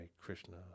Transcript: Krishna